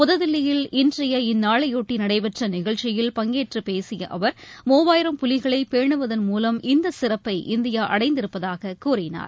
புத்தில்லியில் இன்றைய இந்நாளையொட்டிநடைபெற்றநிகழ்ச்சியில் பங்கேற்றபேசியஅவர் மூவாயிரம் புலிகளைபேணுவதன் மூலம் இந்தசிறப்பை இந்தியாஅடைந்திருப்பதாககூறினார்